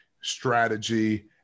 strategy